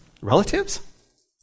relatives